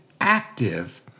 active